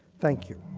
thank you.